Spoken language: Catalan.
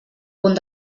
punt